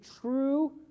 true